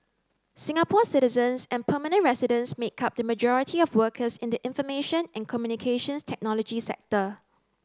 Singapore citizens and permanent residents make up the majority of workers in the information and Communications Technology sector